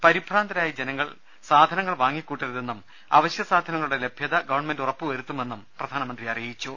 പരിഭ്രാന്തരായി സാധനങ്ങൾ വാങ്ങിക്കൂട്ടരുതെന്നും അവശ്യ സാധനങ്ങളുടെ ലഭ്യത ഗവൺമെന്റ് ഉറപ്പുവരുത്തുമെന്നും പ്രധാനമന്ത്രി അറിയിച്ചു